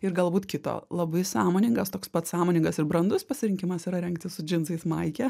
ir galbūt kito labai sąmoningas toks pat sąmoningas ir brandus pasirinkimas yra rengtis su džinsais maike